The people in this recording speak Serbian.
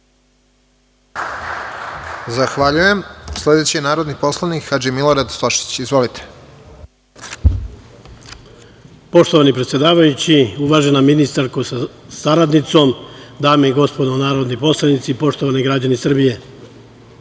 Zahvaljujem. Sledeći je narodni poslanik Hadži Milorad Stošić. Izvolite. **Hadži Milorad Stošić** Poštovani predsedavajući, uvažena ministarko, sa saradnicom, dame i gospodo narodni poslanici, poštovani građani Srbije,